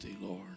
Lord